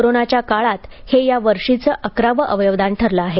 कोरोनाच्या काळात हे या वर्षीचे हे अकरावे अवयवदान ठरले आहे